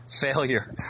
failure